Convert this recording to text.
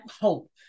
hope